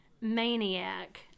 maniac